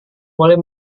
boleh